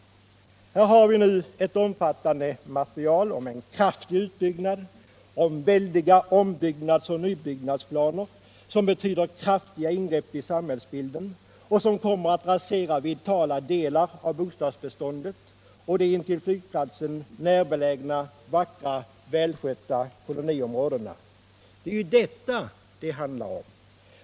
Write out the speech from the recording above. Här har vi nu ett omfattande material som — om man genomför förslagen i det — innebär en kraftig utbyggnad och som innehåller väldiga ombyggnadsoch nybyggnadsplaner. Ett genomförande av förslaget kommer att rasera vitala delar av bostadsbeståndet och de intill flygplatsen belägna, vackra och välskötta koloniområdena. Det är detta det handlar om.